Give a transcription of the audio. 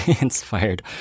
inspired